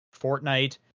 Fortnite